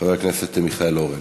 חבר הכנסת מיכאל אורן,